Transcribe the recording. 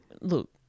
look